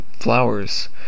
flowers